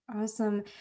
awesome